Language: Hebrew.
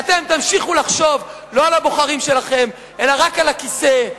ואתם תמשיכו לחשוב לא על הבוחרים שלכם אלא רק על הכיסא,